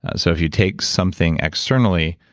so if you take something externally,